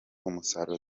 umusaruro